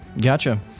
Gotcha